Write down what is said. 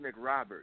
McRoberts